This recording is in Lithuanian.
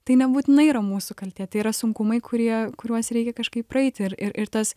tai nebūtinai yra mūsų kaltė tai yra sunkumai kurie kuriuos reikia kažkaip praeiti ir ir ir tas